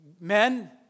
men